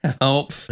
Help